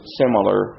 similar